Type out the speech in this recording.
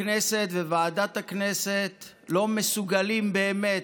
הכנסת וועדת הכנסת לא מסוגלות באמת